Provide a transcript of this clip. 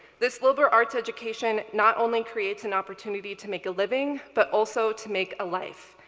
this liberal arts education not only creates an opportunity to make a living but also to make a life.